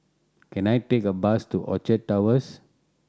can I take a bus to Orchard Towers